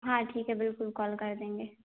हाँ ठीक है बिल्कुल कॉल कर देंगे